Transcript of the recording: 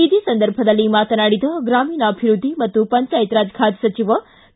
ಇದೇ ಸಂದರ್ಭದಲ್ಲಿ ಮಾತನಾಡಿದ ಗ್ರಾಮೀಣಾಭಿವೃದ್ಧಿ ಮತ್ತು ಪಂಚಾಯತ್ ರಾಜ್ ಖಾತೆ ಸಚಿವ ಕೆ